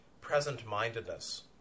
present-mindedness